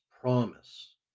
promise